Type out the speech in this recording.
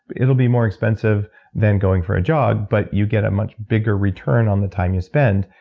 it'll be more expensive than going for a jog, but you get a much bigger return on the time you spend.